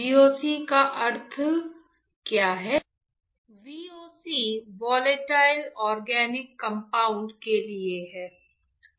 VOC का क्या अर्थ है